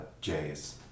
Jays